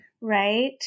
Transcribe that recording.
Right